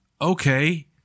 okay